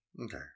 Okay